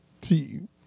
team